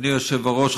אדוני היושב-ראש,